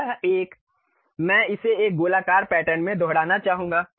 यह एक मैं इसे एक गोलाकार पैटर्न में दोहराना चाहूंगा